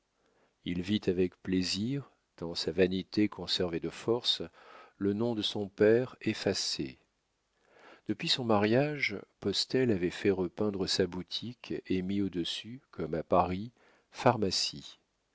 il vit avec plaisir tant sa vanité conservait de force le nom de son père effacé depuis son mariage postel avait fait repeindre sa boutique et mis au-dessus comme à paris pharmacie